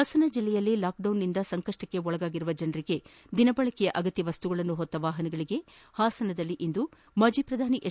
ಹಾಸನ ಜಿಲ್ಲೆಯಲ್ಲಿ ಲಾಕ್ಡೌನ್ನಿಂದ ಸಂಕಷ್ಟಕ್ಕೆ ಒಳಗಾಗಿರುವ ಜನರಿಗೆ ದಿನಬಳಕೆಯ ಅಗತ್ಯ ವಸ್ತುಗಳನ್ನು ಹೊತ್ತ ವಾಹನಗಳಿಗೆ ಹಾಸನದಲ್ಲಿ ಮಾಜಿ ಪ್ರಧಾನಿ ಎಚ್